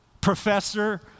professor